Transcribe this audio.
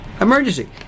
emergency